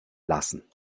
lassen